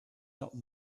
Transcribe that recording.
not